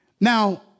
Now